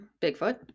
Bigfoot